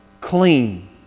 clean